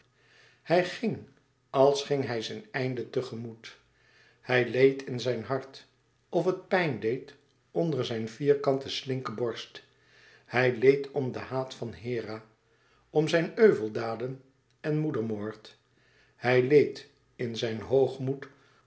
hij ging als ging hij zijn einde te moet hij leed in zijn hart of het pijn deed onder zijn vierkante slinke borst hij leed om de haat van hera om zijn euveldaden en moedermoord hij leed in zijn hoogmoed